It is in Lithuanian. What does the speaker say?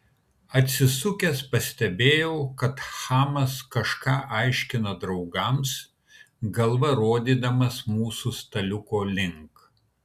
atsisukęs pastebėjau kad chamas kažką aiškina draugams galva rodydamas mūsų staliuko link